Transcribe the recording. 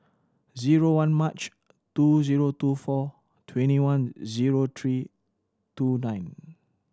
zero one March two zero two four twenty one zero three two nine